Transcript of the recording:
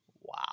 Wow